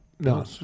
No